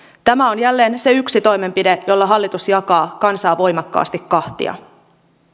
tämä on jälleen se yksi toimenpide jolla hallitus jakaa kansaa voimakkaasti kahtia